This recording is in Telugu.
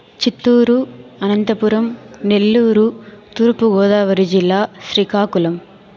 చిత్తూరు అనంతపురం నెల్లూరు తూర్పు గోదావరి జిల్లా శ్రీకాకుళం